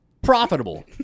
profitable